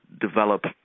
develop